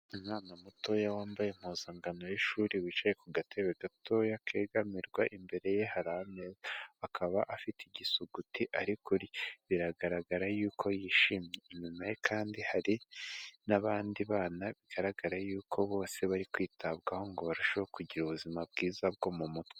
Umwana mutoya wambaye impuzankano y'ishuri wicaye ku gatebe gatoya kegamirwa imbere ye harae akaba afite igisuguti arikurya biragaragara yuko yishimye inyuma ye kandi hari n'abandi bana bigaragara yuko bose bari kwitabwaho ngo barusheho kugira ubuzima bwiza bwo mu mutwe.